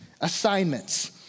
assignments